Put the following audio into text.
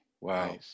Wow